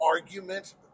argument